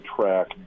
track